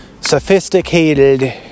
sophisticated